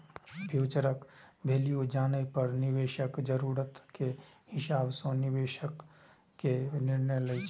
future value जानै पर निवेशक जरूरत के हिसाब सं निवेश के निर्णय लै छै